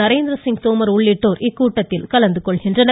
நரேந்திரசிங் தோமர் உள்ளிட்டோர் இக்கூட்டத்தில் கலந்து கொள்கின்றனர்